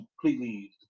completely